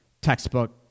textbook